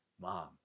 Mom